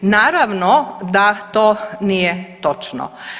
Naravno da to nije točno.